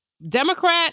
Democrat